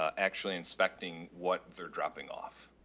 ah actually inspecting what they're dropping off.